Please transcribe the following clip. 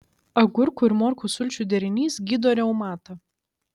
agurkų ir morkų sulčių derinys gydo reumatą